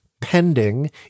pending